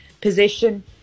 position